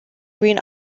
green